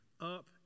up